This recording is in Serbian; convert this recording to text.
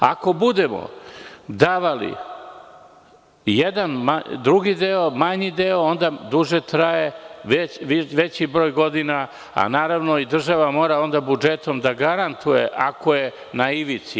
Ako budemo davali jedan drugi deo, manji deo, onda duže traje, veći broj godina, a onda i država mora budžetom da garantuje ako je na ivici.